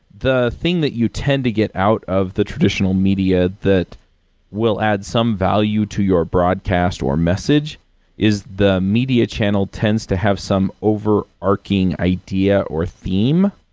the thing that you tend to get out of the traditional media that will add some value to your broadcast your message is the media channel tends to have some over arcing idea or theme.